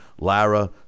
lara